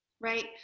right